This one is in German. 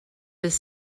des